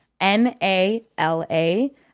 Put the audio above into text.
N-A-L-A